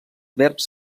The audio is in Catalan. verbs